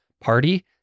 party